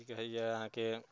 की कहैयै अहाँके